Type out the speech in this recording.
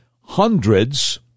hundreds